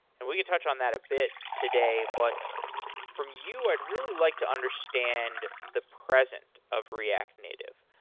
and we can touch on that a bit today. but from you, i'd really like to understand the present of react native.